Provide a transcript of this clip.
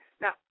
Now